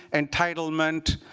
entitlement,